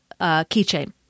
keychain